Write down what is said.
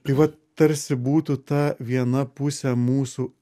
tai vat tarsi būtų ta viena pusė mūsų